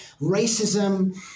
racism